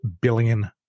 billion